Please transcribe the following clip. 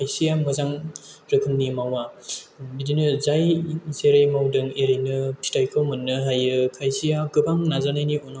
खायसेया मोजां रोखोमनि मावा बिदिनो जाय जेरै मावदों एरैनो फिथायखौ मोननो हायो खायसेया गोबां नाजानायनि उनावबो